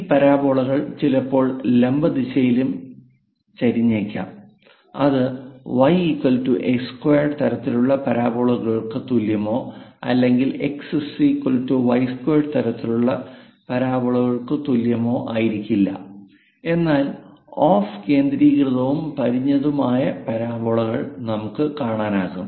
ഈ പരാബോളകൾ ചിലപ്പോൾ ലംബ ദിശയിലും ചെരിഞ്ഞേക്കാം അത് yx2 തരത്തിലുള്ള പരാബോളകൾക്ക് തുല്യമോ അല്ലെങ്കിൽ xy2 തരത്തിലുള്ള പരാബോളകൾക്ക് തുല്യമോ ആയിരിക്കില്ല എന്നാൽ ഓഫ് കേന്ദ്രീകൃതവും ചരിഞ്ഞതുമായ പരാബോളകൾ നമുക്ക് കാണാനാകും